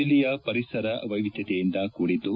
ಜಿಲ್ಲೆಯ ಪರಿಸರ ವೈವಿಧ್ವತೆಯಿಂದ ಕೂಡಿದ್ದು